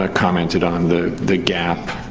ah commented on the the gap